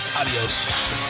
Adios